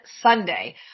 Sunday